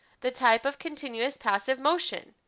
the type of continuous passive motion,